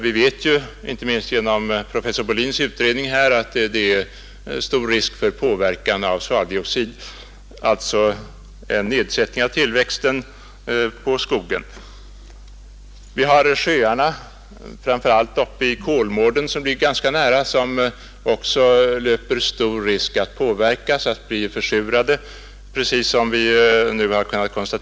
Vi vet ju, inte minst genom professor Bolins undersökning, att det är stor risk för påverkan av svaveldioxid, som medför en nedsättning av skogens tillväxt och då i synnerhet på grunda marker. Sjöarna, framför allt uppe i Kolmården, som ligger ganska nära, löper också stor risk att påverkas, att bli försurade precis som många sjöar på Västkusten.